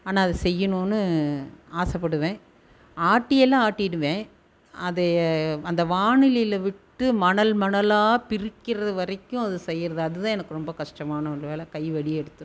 ஆனால் அதை செய்யணும்ன்னு ஆசைப்படுவேன் ஆட்டியெலாம் ஆட்டிவிடுவேன் அது அந்த வாணலியில் விட்டு மணல் மணலாக பிரிக்கிறது வரைக்கும் அது செய்வது அதுதான் எனக்கு ரொம்ப கஷ்டமான ஒரு வேலை கை வலி எடுத்துவிடும்